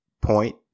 point